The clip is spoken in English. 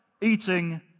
eating